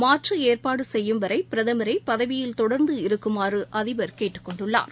மாற்றுஏற்பாடுசெய்யும் வரைபிரதமரைபதவியில் தொடர்ந்து இருக்குமாறுஅதிபர் கேட்டுக்கொண்டுள்ளார்